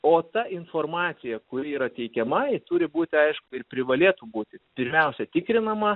o ta informacija kuri yra teikiamai ji turi būti aišku ir privalėtų būti pirmiausia tikrinama